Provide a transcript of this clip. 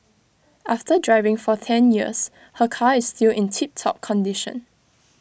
after driving for ten years her car is still in tip top condition